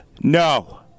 no